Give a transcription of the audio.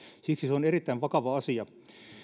siksi se on erittäin vakava asia